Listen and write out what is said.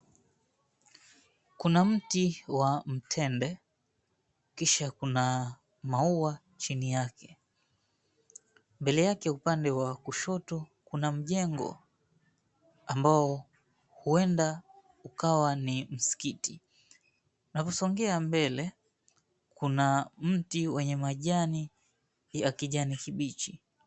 Kuna mti wa mtende, kisha kuna maua chini yake. Mbele yake upande wa kushoto, kuna mjengo ambao huenda ukawa ni msikiti. Na kusongea mbele, kuna mti wenye majani ya kijani kibichi.